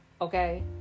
Okay